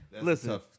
Listen